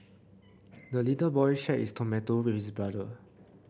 the little boy shared his tomato with brother